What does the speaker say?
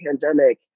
pandemic